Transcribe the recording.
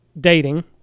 dating